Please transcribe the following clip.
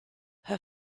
her